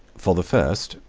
for the first,